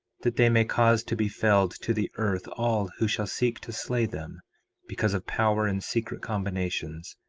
that they may cause to be felled to the earth all who shall seek to slay them because of power and secret combinations,